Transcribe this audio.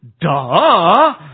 Duh